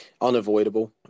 unavoidable